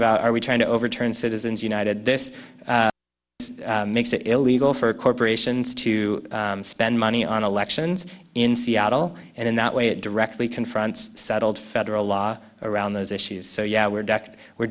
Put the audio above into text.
about are we trying to overturn citizens united this makes it illegal for corporations to spend money on elections in seattle and in that way it directly confronts settled federal law around those issues so yeah we're